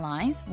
Lines